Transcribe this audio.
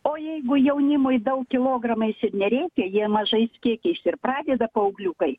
o jeigu jaunimui daug kilogramais ir nereikia jie mažais kiekiais ir pradeda paaugliukai